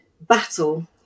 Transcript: battle